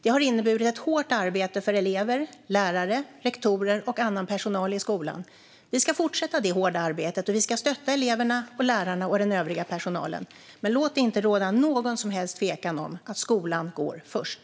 Det har inneburit ett hårt arbete för elever, lärare, rektorer och annan personal i skolan. Vi ska fortsätta detta hårda arbete, och vi ska stötta eleverna, lärarna och den övriga personalen. Låt det inte råda någon som helst tvekan om att skolan går först!